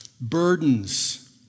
burdens